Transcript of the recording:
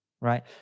Right